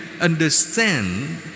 understand